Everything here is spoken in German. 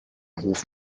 hof